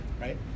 Right